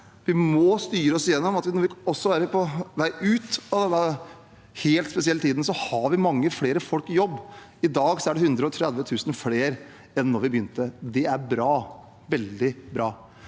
Vi må styre oss igjennom slik at også når vi er på vei ut av denne helt spesielle tiden, har vi mange flere folk i jobb. I dag er det 130 000 flere enn da vi begynte. Det er bra – veldig bra.